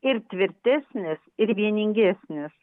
ir tvirtesnis ir vieningesnis